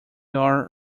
are